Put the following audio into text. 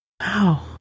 Wow